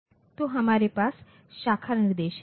तो हमारे पास शाखा निर्देश है